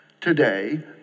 today